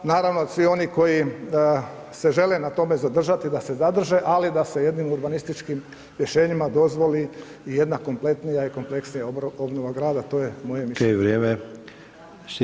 Naravno svi oni koji se žele na tome zadržati da se zadrže, ali da je jednim urbanističkim rješenjima dozvoli i jedna kompletnija i kompleksnija obnova grada, to je moje mišljenje.